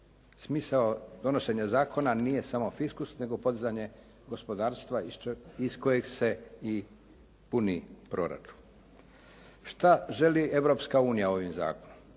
Smisao donošenja zakona nije samo fiskus nego podizanje gospodarstva iz kojeg se i puni proračun. Šta želi Europska unija ovim zakonom?